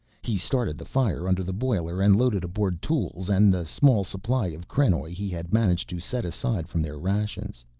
he started the fire under the boiler and loaded aboard tools and the small supply of krenoj he had managed to set aside from their rations.